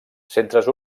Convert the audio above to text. centres